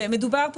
ומדובר פה,